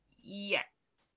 Yes